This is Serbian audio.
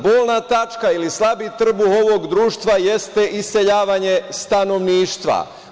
Bolna tačka ili slabi trbuh ovog društva jeste iseljavanje stanovništva.